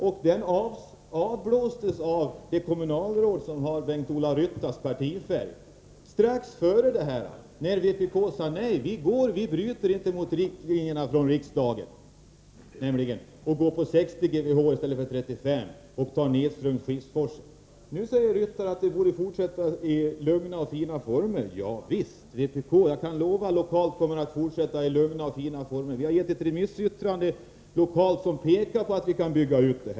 Debatten avblåstes av det kommunalråd som har Bengt-Ola Ryttars partifärg, när vi från vpk förklarade att vi inte ville bryta mot riksdagens riktlinjer och acceptera 60 GWh i stället för 35 samt bygga ut nedströms Skiffsforsen. Nu säger Bengt-Ola Ryttar att vi borde fortsätta debatten i lugna och fina former. Ja visst, jag kan lova att vpk lokalt kommer att fortsätta debatten i lugna och fina former. Vi har lokalt avgivit ett remissyttrande, som pekar på att man kan bygga ut.